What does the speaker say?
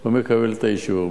הוא מקבל את האישור.